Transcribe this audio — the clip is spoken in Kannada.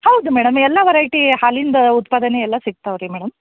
ಹೌದು ಮೇಡಮ್ ಎಲ್ಲ ವರೈಟಿ ಹಾಲಿಂದು ಉತ್ಪಾದನೆಯೆಲ್ಲ ಸಿಕ್ತಾವೆ ರೀ ಮೇಡಮ್